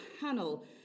panel